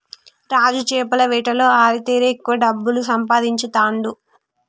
రాజు చేపల వేటలో ఆరితేరి ఎక్కువ డబ్బులు సంపాదించుతాండు